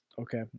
Okay